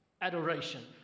Adoration